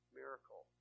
miracle